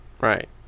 Right